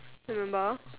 remember